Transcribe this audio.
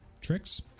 Tricks